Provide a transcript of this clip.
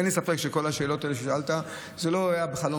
אין לי ספק שכל השאלות האלה ששאלת לא היו בחלום